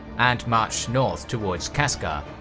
and marched north towards kaskar,